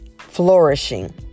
flourishing